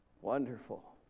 Wonderful